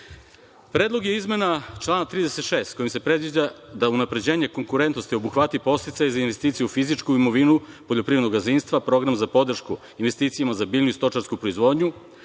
je izmena člana 36 kojim se predviđa da unapređenje konkurentnosti obuhvati podsticaj za investiciju, fizičku imovinu poljoprivrednog gazdinstva, program za podršku investicijama za biljnu i stočarsku proizvodnju,